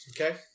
Okay